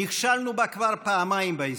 נכשלנו בה כבר פעמיים בהיסטוריה.